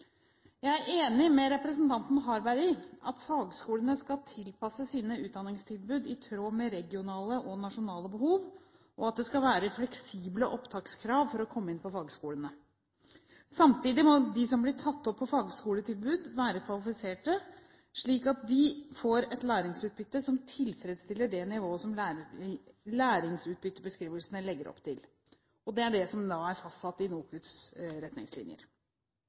Jeg er enig med representanten Harberg i at fagskolene skal tilpasse sine utdanningstilbud i tråd med regionale og nasjonale behov, og at det skal være fleksible opptakskrav for å komme inn på fagskolene. Samtidig må de som blir tatt opp på fagskoletilbud, være kvalifisert, slik at de får et læringsutbytte som tilfredsstiller det nivået som læringsutbyttebeskrivelsene legger opp til. Det er det som er fastsatt i NOKUTs retningslinjer.